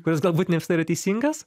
kuris galbūt ne visada yra teisingas